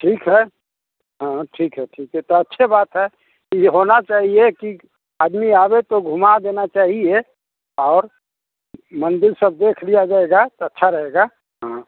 ठीक है हाँ हाँ ठीक है ठीक है तो अच्छे बात है ये होना चाहिए कि आदमी आवे तो घूमा देना चाहिए और मंदिर सब देख लिया जाएगा तो अच्छा रहेगा हाँ